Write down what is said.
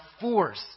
force